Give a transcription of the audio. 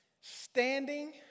Standing